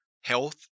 health